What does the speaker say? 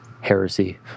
heresy